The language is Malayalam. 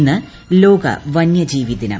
ഇന്ന് ലോക വന്യജീവി ദിനം